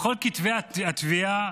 בכל כתבי התביעה